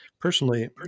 personally